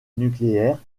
nucléaire